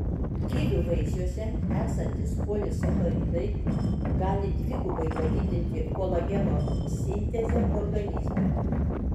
kivių vaisiuose esantys polisacharidai gali dvigubai padidinti kolageno sintezę organizme